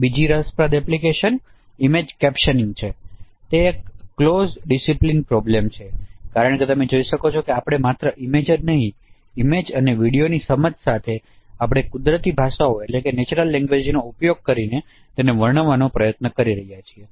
બીજી રસપ્રદ application image captioning છે તે એક ક્લોજ ડીસીપ્લિન પ્રોબ્લેમ છે કારણ કે તમે જોઈ શકો છો કે આપણે માત્ર ઇમેજ જ નહીં ઇમેજ અને વિડિઓની સમજ આપણે કુદરતી ભાષાઓનો ઉપયોગ કરીને તેને વર્ણવવાનો પ્રયાસ કરી રહ્યા છીએ